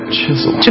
chisel